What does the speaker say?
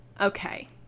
Okay